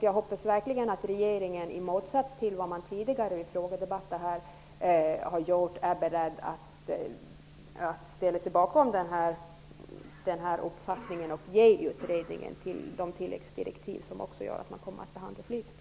Jag hoppas verkligen att regeringen i motsats till vad som tidigare har sagts i frågedebatter är beredd att ställa sig bakom denna uppfattning och ge utredningen sådana tilläggsdirektiv att den också behandlar flyget.